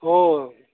ओ